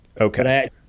Okay